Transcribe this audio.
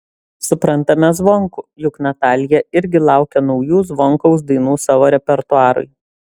suprantame zvonkų juk natalija irgi laukia naujų zvonkaus dainų savo repertuarui